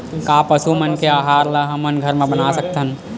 का पशु मन के आहार ला हमन घर मा बना सकथन?